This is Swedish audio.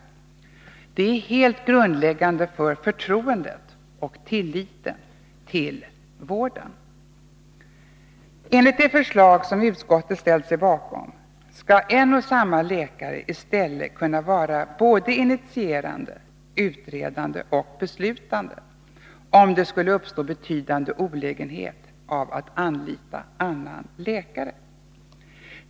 Det är helt grundläggande för förtroendet och tilliten till vården. Enligt det förslag som utskottet ställt sig bakom skall en och samma läkare i stället kunna vara både initierande, utredande och beslutande, om det skulle uppstå betydande olägenhet av att anlita annan läkare.